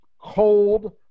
cold